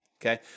okay